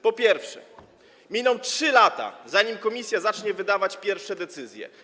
Po pierwsze, że miną 3 lata, zanim komisja zacznie wydawać pierwsze decyzje.